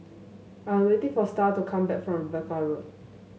I am waiting for Starr to come back from Rebecca Road